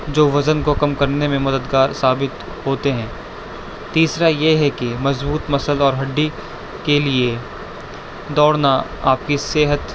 جو وزن کو کم کرنے میں مددگار ثابت ہوتے ہیں تیسرا یہ ہے کہ مضبوط مسل اور ہڈی کے لیے دوڑنا آپ کی صحت